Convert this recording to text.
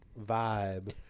vibe